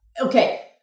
Okay